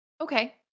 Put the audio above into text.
Okay